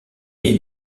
est